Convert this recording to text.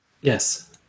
Yes